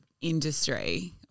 industry